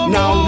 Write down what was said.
Now